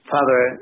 Father